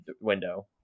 window